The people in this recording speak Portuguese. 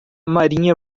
marinha